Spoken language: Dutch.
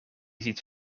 ziet